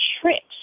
tricks